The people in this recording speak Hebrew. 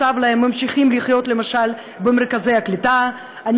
ממשיכים לחיות במרכזי הקליטה הרבה מעבר לזמן שהוקצב להם.